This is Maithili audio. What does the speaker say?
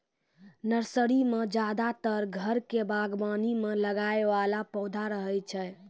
नर्सरी मॅ ज्यादातर घर के बागवानी मॅ लगाय वाला पौधा रहै छै